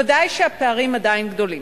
ודאי שהפערים עדיין גדולים.